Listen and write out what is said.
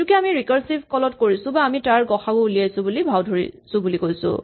এইটোকে আমি recursive call ত কৰিছো বা আমি তাৰ গ সা উ উলিয়াইছো বুলি ভাও ধৰিছো বুলি কৈছো